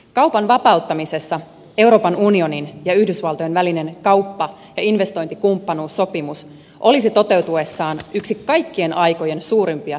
kaupan vapauttamisessa euroopan unionin ja yhdysvaltojen välinen kauppa ja investointikumppanuussopimus olisi toteutuessaan yksi kaikkien aikojen suurimpia saavutuksia